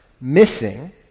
missing